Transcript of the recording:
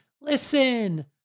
Listen